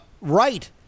right